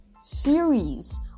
series